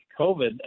COVID